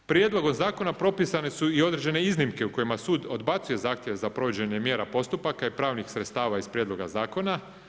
Prijedlogom zakona propisane su i određene iznimke u kojima sud odbacuje zahtjev za provođenje mjera postupaka i pravnih sredstava iz prijedloga zakona.